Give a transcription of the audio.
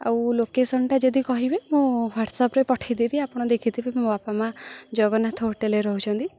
ଆଉ ଲୋକେସନ୍ଟା ଯଦି କହିବେ ମୁଁ ହ୍ୱାଟ୍ସପ୍ ପଠେଇଦେବି ଆପଣ ଦେଖିଥିବେ ମୋ ବାପା ମାଆ ଜଗନ୍ନାଥ ହୋଟେଲ୍ରେ ରହୁଛନ୍ତି